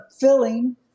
filling